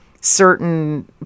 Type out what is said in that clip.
certain